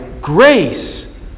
grace